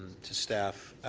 to staff